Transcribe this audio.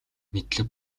мэдлэг